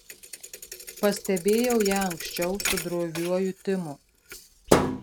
pastebėjau ją anksčiau su droviuoju timu